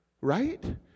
Right